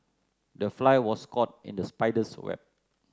the fly was caught in the spider's web